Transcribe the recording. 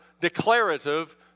declarative